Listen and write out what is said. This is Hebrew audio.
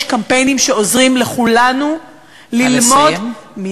יש קמפיינים שעוזרים לכולנו ללמוד, נא לסיים.